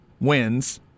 wins